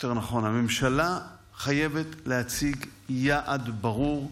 יותר נכון הממשלה, חייבת להציג יעד ברור,